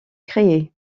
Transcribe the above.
créée